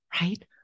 right